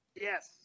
Yes